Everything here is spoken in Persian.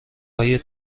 های